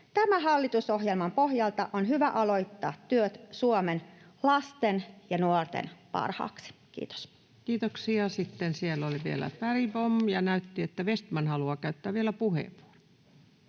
Tämän hallitusohjelman pohjalta on hyvä aloittaa työt Suomen lasten ja nuorten parhaaksi. — Kiitos. Kiitoksia. — Sitten siellä oli vielä Bergbom, ja näytti, että Vestman haluaa käyttää vielä puheenvuoron.